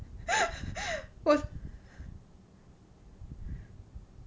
w~